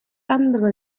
andere